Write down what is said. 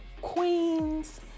queens